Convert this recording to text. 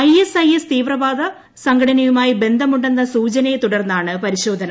I S I S തീവ്രവാദ സംഘടനയുമായി ബന്ധമുണ്ടെന്ന സൂചനയെ തുടർന്നാണ് പരിശോധന